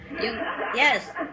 Yes